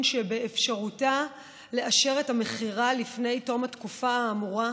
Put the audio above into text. שבאפשרותה לאשר את המכירה לפני תום התקופה האמורה,